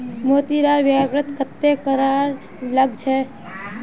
मोतीर व्यापारत कत्ते कर लाग छ